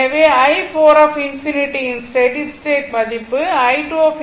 எனவே i4∞ யின் steady state மதிப்பு i2∞